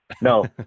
No